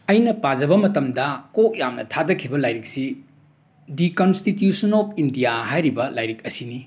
ꯑꯩꯅ ꯄꯥꯖꯕ ꯃꯇꯝꯗ ꯀꯣꯛ ꯌꯥꯝꯅ ꯊꯥꯗꯈꯤꯕ ꯂꯥꯏꯔꯤꯛꯁꯤ ꯗꯤ ꯀꯟꯁꯇꯤꯇ꯭ꯌꯨꯁꯟ ꯑꯣꯞ ꯏꯟꯗꯤꯌꯥ ꯍꯥꯏꯔꯤꯕ ꯂꯥꯏꯔꯤꯛ ꯑꯁꯤꯅꯤ